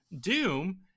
Doom